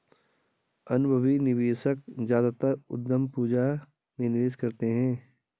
अनुभवी निवेशक ज्यादातर उद्यम पूंजी में निवेश करते हैं